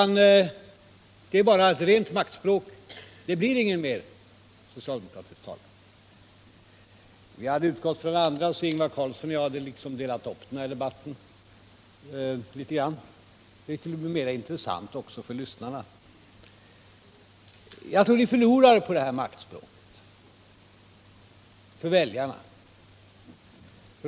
Ni talar här maktspråk — det blir ingen mer socialdemokratisk talare i den här omgången. Ingvar Carlsson och jag hade tänkt dela upp den här debatten litet grand. Det kunde på det sättet bli mer intressant för lyssnarna. Jag tror att ni hos väljarna förlorar på det här maktspråket.